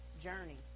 journey